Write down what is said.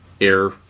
Air